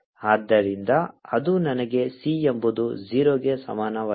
ಆದ್ದರಿಂದ ಅದು ನನಗೆ c ಎಂಬುದು 0 ಗೆ ಸಮಾನವಾಗಿರುತ್ತದೆ